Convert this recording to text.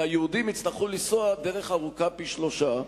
והיהודים יצטרכו לנסוע דרך ארוכה פי-שלושה,